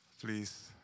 Please